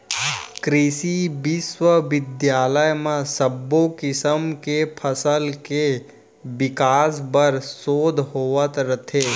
कृसि बिस्वबिद्यालय म सब्बो किसम के फसल के बिकास बर सोध होवत रथे